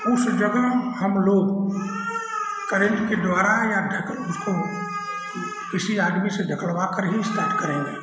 उस जगह हम लोग करेंट के द्वारा या ढकेल उसको किसी आदमी से ढकेलवा कर ही इस्टार्ट करेंगे